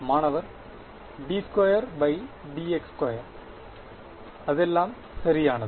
மாணவர் d2dx2 அதெல்லாம் சரியானது